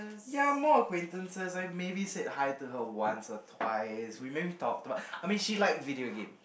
ya more acquaintances I maybe said hi to her once or twice we maybe talked but I mean she liked video games